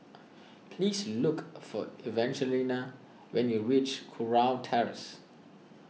please look for Evangelina when you reach Kurau Terrace